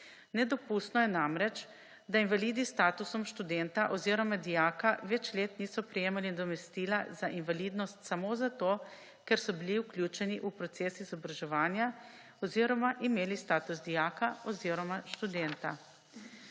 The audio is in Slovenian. Nedopustno je namreč, da invalidi s statusom študenta oziroma dijaka več let niso prejemali nadomestila za invalidnost samo zato, ker so bili vključeni v proces izobraževanja oziroma so imeli status dijaka oziroma študenta.